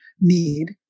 need